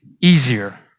easier